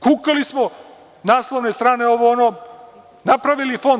Kukali smo, naslovne strane, ovo, ono, napravili fond.